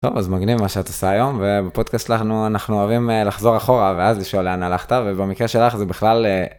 אז מגניב מה שאת עושה היום ובפודקאסט אנחנו אוהבים לחזור אחורה ואז לשאול אין הלכת ובמקרה שלך זה בכלל.